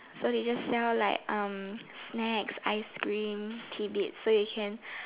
so they just sell like um snacks ice cream tidbits so you can